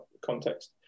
context